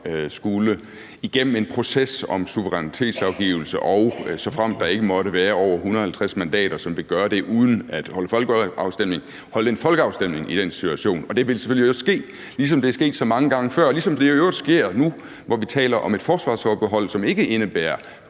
skulle igennem en proces om suverænitetsafgivelse, og såfremt der ikke måtte være over 150 mandater, som vil gøre det uden at holde folkeafstemning, vil der holdes en folkeafstemning i den situation. Og det vil selvfølgelig også ske, ligesom det er sket så mange gange før, og ligesom det i øvrigt sker nu, hvor vi taler om et forsvarsforbehold, som ikke indebærer